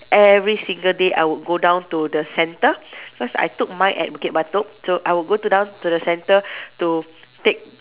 every single day I would go down to the centre cause I took mine at Bukit Batok so I will go to down to the centre to take